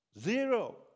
Zero